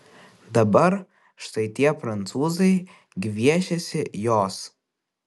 dabar štai tie prancūzai gviešiasi jos